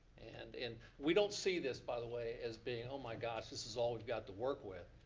and and we don't see this by the way as being, oh my gosh, this is all we've got to work with.